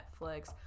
Netflix